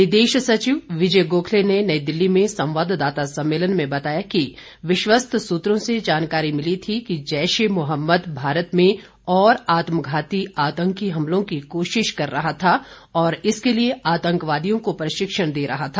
विदेश सचिव विजय गोखले ने नई दिल्ली में संवाददाता सम्मेलन में बताया कि विश्वस्त सूत्रों से जानकारी मिली थी कि जैश ए मोहम्मद भारत में और आत्मघाती आतंकी हमलों की कोशिश कर रहा था और इसके लिए आतंकवादियों को प्रशिक्षण दे रहा था